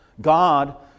God